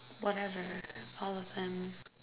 whatever all of them